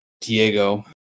Diego